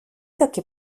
таки